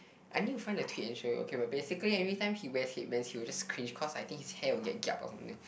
I need to find the tweet and show you okay but basically every time he wear headbands he will just cringe or something cause I think his hair will get kiap or something